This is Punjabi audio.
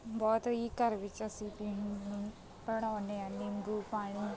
ਬਹੁਤ ਹੀ ਘਰ ਵਿੱਚ ਅਸੀਂ ਪੀਂ ਬਣਾਉਂਦੇ ਹਾਂ ਨਿੰਬੂ ਪਾਣੀ